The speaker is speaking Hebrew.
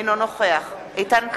אינו נוכח איתן כבל,